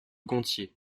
gontier